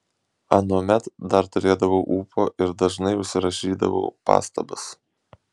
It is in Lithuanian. anuomet dar turėdavau ūpo ir dažnai užsirašydavau pastabas